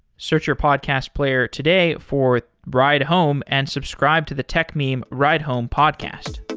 search your podcast player today for ride home and subscribe to the techmeme ride home podcast.